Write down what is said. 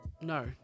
No